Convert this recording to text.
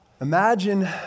imagine